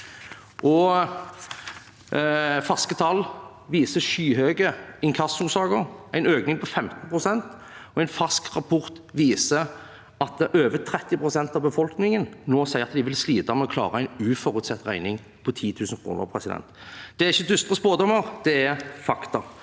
ferske tall viser et skyhøyt antall inkassosaker – en økning på 15 pst. En fersk rapport viser at over 30 pst. av befolkningen nå sier at de vil slite med å klare en uforutsett regning på 10 000 kr. Det er ikke dystre spådommer; det er fakta.